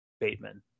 Bateman